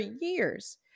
years